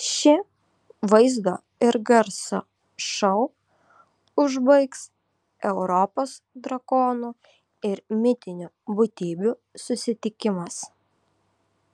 šį vaizdo ir garso šou užbaigs europos drakonų ir mitinių būtybių susitikimas